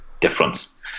difference